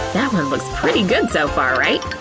that one looks pretty good so far, right?